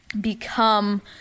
become